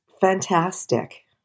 fantastic